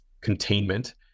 containment